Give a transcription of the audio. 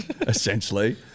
essentially